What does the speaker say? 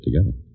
together